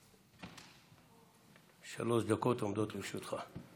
שלוש דקות עומדות לרשותך.